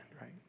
right